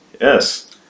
Yes